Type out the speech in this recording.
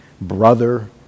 brother